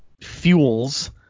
fuels